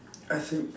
I think